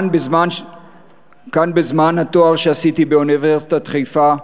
כאן בזמן התואר שעשיתי באוניברסיטת חיפה,